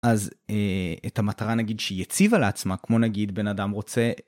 אז את המטרה, נגיד, שהיא הציבה לעצמה, כמו נגיד בן אדם רוצה...